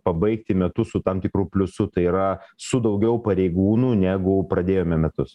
pabaigti metus su tam tikru pliusu tai yra su daugiau pareigūnų negu pradėjome metus